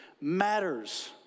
matters